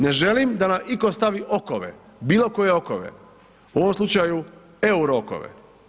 Ne želim da nam iko stavi okove, bilo koje okove u ovom slučaju euro okove.